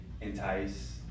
Entice